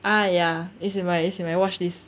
ah ya it's in my it's in my watch list